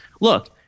Look